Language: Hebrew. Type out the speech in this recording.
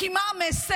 כי מה המסר?